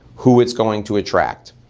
who it's going to attract.